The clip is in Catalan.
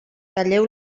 talleu